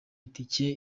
itike